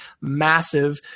massive